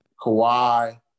Kawhi